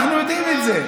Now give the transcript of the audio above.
אנחנו יודעים את זה.